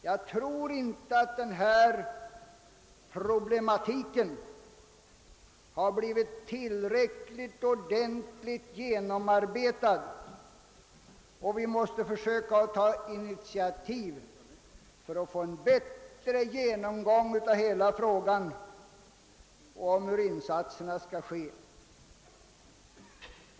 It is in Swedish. Jag tror inte att den föreliggande problematiken blivit tillräckligt genomarbetad. Vi måste försöka ta initiativ för att få en bättre genomgång av hela frågan och av hur insatserna skall ske.